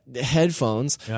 headphones